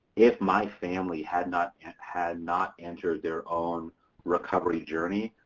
if my family had not had not entered their own recovery journey,